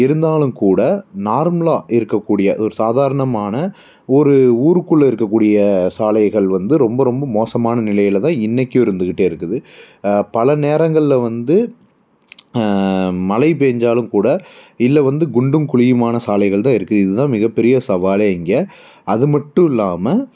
இருந்தாலும் கூட நார்மலாக இருக்கக்கூடிய ஒரு சாதாரணமான ஒரு ஊருக்குள்ளே இருக்கக்கூடிய சாலைகள் வந்து ரொம்ப ரொம்ப மோசமான நிலையில் தான் இன்னைக்கும் இருந்துக்கிட்டே இருக்குது பல நேரங்களில் வந்து மழை பேஞ்சாலும் கூட இல்லை வந்து குண்டும் குழியுமான சாலைகள் தான் இருக்குது இது தான் மிகப்பெரிய சவாலே இங்கே அது மட்டும் இல்லாமல்